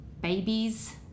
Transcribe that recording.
babies